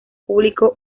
público